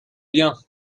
bien